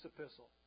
epistle